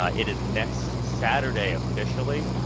ah it is next saturday officially,